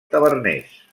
taverners